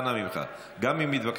אנא ממך, גם אם מתווכחים,